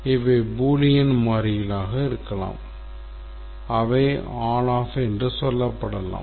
இவை பூலியன் மாறிகளாக இருக்கலாம் அவை ONOFF என்று சொல்லப்படலாம்